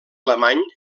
alemany